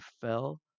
fell